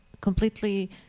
completely